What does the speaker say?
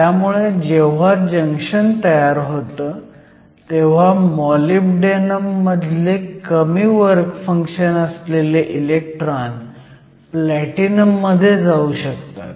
त्यामुळे जेव्हा जंक्शन तयार होतं तेव्हा मॉलिब्डेनम मधले कमी वर्क फंक्शन असलेले इलेक्ट्रॉन प्लॅटिनम मध्ये जाऊ शकतात